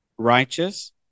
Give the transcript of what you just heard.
Righteous